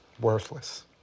Worthless